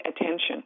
attention